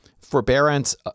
forbearance